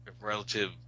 relative